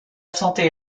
santé